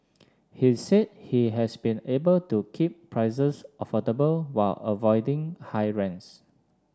he said he has been able to keep prices affordable while avoiding high rents